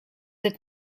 êtes